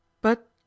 But